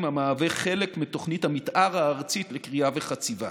המהווה חלק מתוכנית המתאר הארצית לכרייה וחציבה.